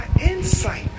insight